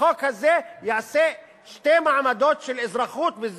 החוק הזה יעשה שני מעמדות של אזרחות,